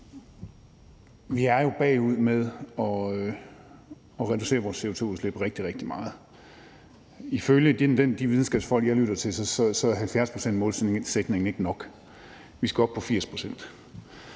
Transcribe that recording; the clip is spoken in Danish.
vi er jo bagud med at reducere vores CO2-udslip rigtig, rigtig meget. Ifølge de videnskabsfolk, jeg lytter til, er 70-procentsmålsætningen ikke nok. Vi skal op på 80